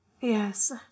Yes